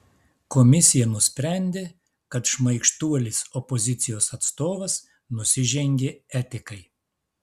komisija nusprendė kad šmaikštuolis opozicijos atstovas nusižengė etikai